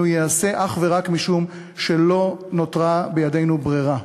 ייעשה אך ורק משום שלא נותרה בידינו ברירה.